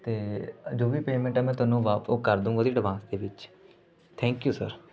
ਅਤੇ ਅ ਜੋ ਵੀ ਪੇਮੈਂਟ ਹੈ ਮੈਂ ਤੁਹਾਨੂੰ ਉਹ ਵਾ ਉਹ ਕਰ ਦੂੰਗਾ ਉਹਦੀ ਅਡਵਾਂਸ ਦੇ ਵਿੱਚ ਥੈਂਕ ਯੂ ਸਰ